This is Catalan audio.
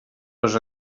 les